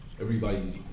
everybody's